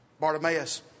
Bartimaeus